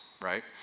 right